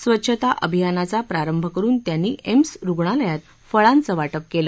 स्वच्छता अभियानाचा प्रारंभ करुन त्यांनी एम्स रुग्णालयात फळाचं वाटप केलं